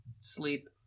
sleep